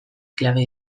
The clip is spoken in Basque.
klabe